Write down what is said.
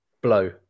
blow